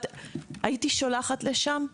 הייתי שולחת לשם?